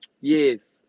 Yes